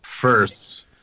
First